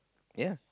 yea